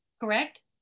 correct